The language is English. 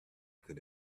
can